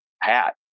hat